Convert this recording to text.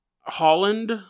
Holland